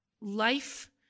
life